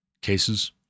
cases